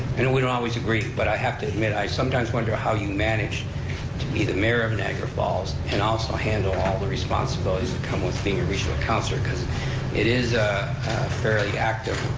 and we don't always agree, but i have to admit, i sometimes wonder how you manage to be the mayor of niagara falls and also handle all the responsibilities that come with being a regional councilor, cause it is a fairly active,